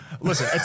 Listen